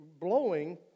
blowing